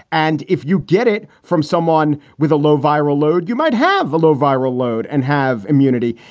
and if you get it from someone with a low viral load, you might have a low viral load and have immunity.